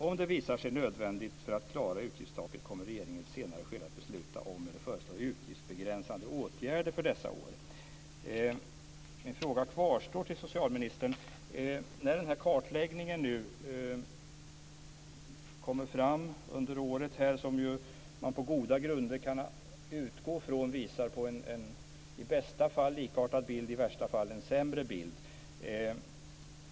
Om det visar sig nödvändigt för att klara utgiftstaket kommer regeringen att i ett senare skede besluta om eller föreslå utgiftsbegränsande åtgärder för dessa år. Min fråga till socialministern kvarstår. Kartläggningen kommer nu fram under året. Man kan på goda grunder utgå från att den i bästa fall visar på en likartad bild och i värsta fall en sämre bild.